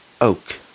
Oak